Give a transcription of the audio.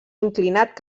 inclinat